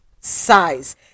size